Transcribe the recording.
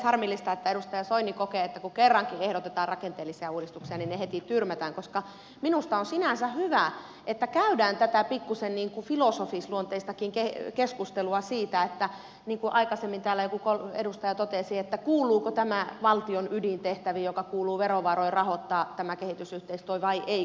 harmillista että edustaja soini kokee että kun kerrankin ehdotetaan rakenteellisia uudistuksia niin ne heti tyrmätään koska minusta on sinänsä hyvä että käydään tätä pikkusen filosofisluonteistakin keskustelua niin kuin aikaisemmin täällä joku edustaja totesi siitä kuuluuko tämä kehitysyhteistyö valtion ydintehtäviin jotka kuuluu verovaroin rahoittaa vai eikö se kuulu